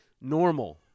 normal